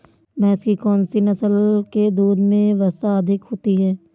भैंस की कौनसी नस्ल के दूध में वसा अधिक होती है?